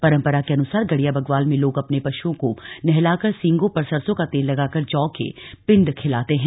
परंपरा के अनुसार गड़िया बग्वाल में लोग अपने पशुओं को नहलाकर सींगों पर सरसों का तेल लगाकर जौ के पिंड खिलाते हैं